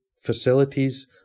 facilities